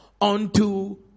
unto